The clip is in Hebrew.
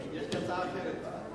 הצעה אחרת.